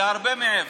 זה הרבה מעבר.